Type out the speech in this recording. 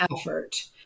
effort